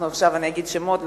עכשיו אני אגיד שמות,